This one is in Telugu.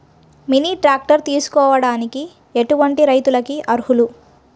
మినీ ట్రాక్టర్ తీసుకోవడానికి ఎటువంటి రైతులకి అర్హులు?